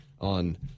on